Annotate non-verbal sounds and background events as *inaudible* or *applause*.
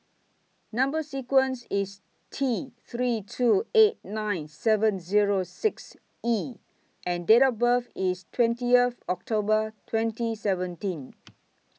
Number sequence IS T three two eight nine seven Zero six E and Date of birth IS twenty *noise* October twenty seventeen